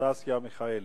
אנסטסיה מיכאלי.